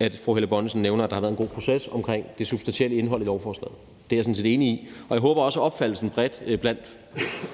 at fru Helle Bonnesen nævner, at der har været en god proces omkring det substantielle indhold i lovforslaget. Det er jeg sådan set enig i. Og jeg håber også, at opfattelsen bredt blandt